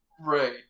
right